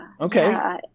Okay